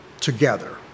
together